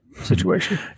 situation